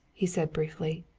he said briefly.